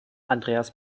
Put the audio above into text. andreas